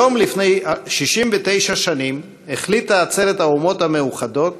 היום לפני 69 שנים החליטה עצרת האומות המאוחדות,